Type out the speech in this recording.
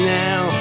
now